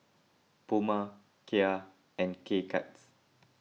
Puma Kia and K Cuts